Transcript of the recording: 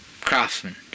Craftsman